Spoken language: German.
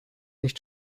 nicht